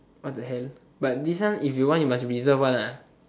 what the hell but this one if you want you must reserve one ah